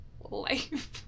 life